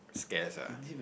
scares ah